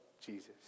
Jesus